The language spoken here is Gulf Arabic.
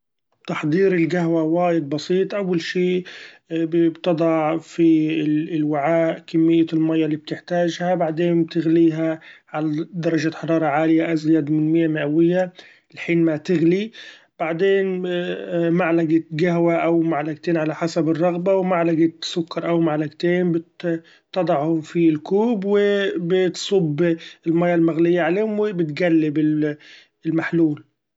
تحضير القهوة وايد بسيط، أول شي ‹ hesitate › بتضع في ال- الوعاء كمية الماى اللي بتحتاچها ، بعدين بتغليها على درچة حرارة عالية ازيد من مية مئوية لحين ما تغلي بعدين بمعلقة قهوة أو معلقتين على حسب الرغبة ومعلقة سكر أو معلقتين ، بت- بتضعه في الكوب وبتصب المأيه المغلية عليهم وبتقلب المحلول.